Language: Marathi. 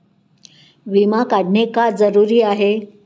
विमा काढणे का जरुरी आहे?